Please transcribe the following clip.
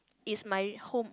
is my home